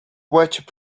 wedge